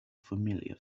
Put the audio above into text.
familiar